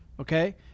Okay